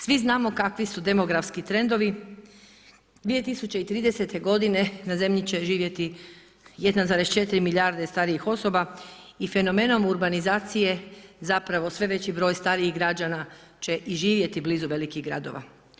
Svi znamo kakvi su demografski trendovi, 2030. godine na zemlji će živjeti 1,4 milijarde starijih osoba i fenomenom urbanizacije sve veći broj starijih građana će i živjeti blizu velikih gradova.